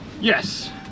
Yes